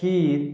खीर